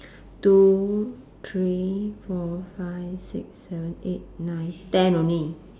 two three four five six seven eight nine ten only